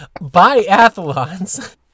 Biathlons